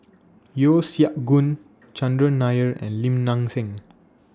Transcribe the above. Yeo Siak Goon Chandran Nair and Lim Nang Seng